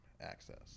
access